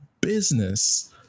business